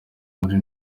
muri